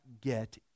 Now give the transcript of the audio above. get